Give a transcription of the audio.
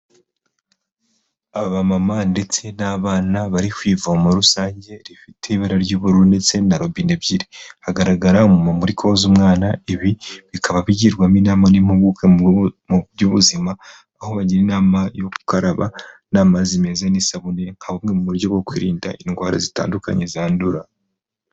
Abamama ndetse n'abana bari ku ivomo rusange rifite ibara ry'ubururu ndetse na robine ebyiri. Hagaragara umumama uri koza umwana, ibi bikaba bigirwamo inama n'impuguke mu by'ubuzima aho bagira inama yo gukaraba n'amazi n'isabune nka bumwe mu buryo bwo kwirinda indwara zitandukanye zandura.